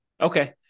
Okay